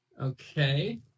Okay